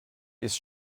ist